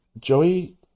Joey